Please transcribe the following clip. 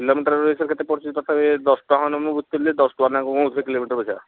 kilometre ହିସାବରେ କେତେ ପଡୁଛି ତଥାପି ଦଶ ଟଙ୍କା ଖଣ୍ଡେ ମୁଁ ବୁଝିଥିଲି ଦଶ ଟଙ୍କା ନା କ'ଣ କହୁଥିଲେ କିଲୋମିଟର୍ ପିଛା